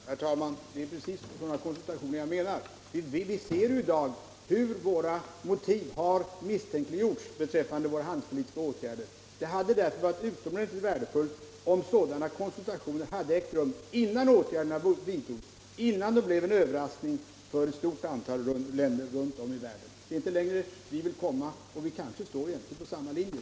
Herr talman! Det är precis sådana konsultationer jag menar. Vi ser i dag hur motiven för våra handelspolitiska åtgärder har misstänkliggjorts. Det hade därför varit utomordentligt värdefullt om konsultationer hade ägt rum innan åtgärderna vidtogs, innan de blev en överraskning för ett stort antal länder runt om i världen. Reservanterna vill inte gå längre. Herr Sjönell och jag står kanske egentligen på samma linje.